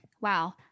wow